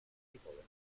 people